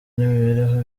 n’imibereho